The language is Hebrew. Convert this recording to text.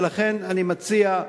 ולכן אני מציע,